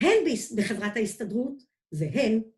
‫הן בחברת ההסתדרות, ‫והן